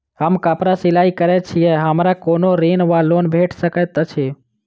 हम कापड़ सिलाई करै छीयै हमरा कोनो ऋण वा लोन भेट सकैत अछि?